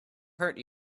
hurt